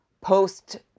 post